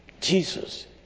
Jesus